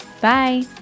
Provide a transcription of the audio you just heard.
Bye